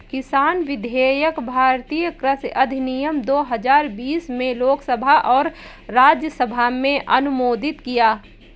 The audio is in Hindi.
किसान विधेयक भारतीय कृषि अधिनियम दो हजार बीस में लोकसभा और राज्यसभा में अनुमोदित किया